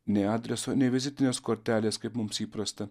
nei adreso nei vizitinės kortelės kaip mums įprasta